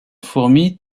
fourmis